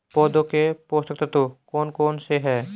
पौधों के पोषक तत्व कौन कौन से हैं?